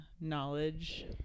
knowledge